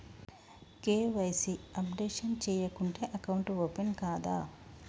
KYC updation చేయకుంటే account open కాదా?